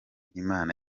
imana